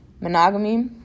monogamy